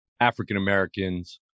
African-Americans